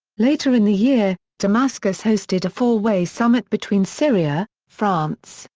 later in the year, damascus hosted a four-way summit between syria, france,